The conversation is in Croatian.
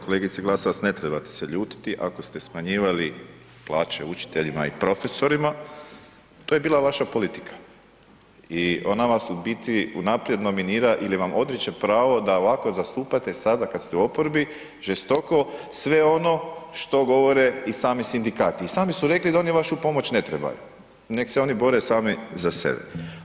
Kolegice Glasovac ne trebate se ljutiti ako ste smanjivali plaće učiteljima i profesorima, to je bila vaša politika i ona vas u biti unaprijed nominira ili vam odriče pravo da ovako zastupate sada kad ste u oporbi žestoko sve ono što govore i sami sindikati i sami su rekli da oni vašu pomoć ne trebaju, nek se oni bore sami za sebe.